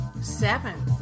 seven